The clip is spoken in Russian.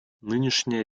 нынешняя